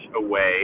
away